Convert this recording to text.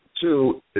Two